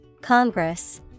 Congress